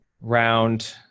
round